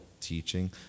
teaching